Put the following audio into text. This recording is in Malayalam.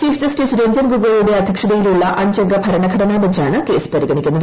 ചീഫ് ജസ്റ്റിസ് രഞ്ജൻ ഗൊഗോയുടെ അദ്ധ്യക്ഷതയിലുള്ള അഞ്ചുംഗ ഭരണഘടനാ ബഞ്ചാണ് കേസ് പരിഗണിക്കുന്നത്